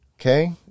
Okay